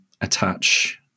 attach